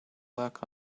work